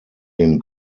den